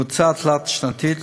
בממוצע תלת-שנתי,